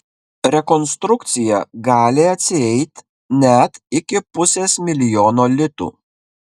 rekonstrukcija gali atsieit net iki pusės milijono litų